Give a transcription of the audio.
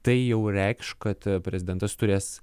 tai jau reikš kad prezidentas turės